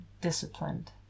disciplined